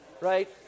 right